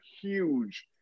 huge